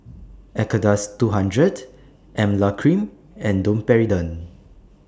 Acardust two hundred Emla Cream and Domperidone